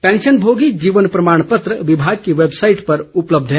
पैंशनमोगी जीवन प्रमाणपत्र विभाग की वैबसाईड पर उपलब्ध है